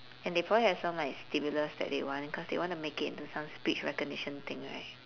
and they probably have some like stimulus that they want cause they want to make it into some speech recognition thing right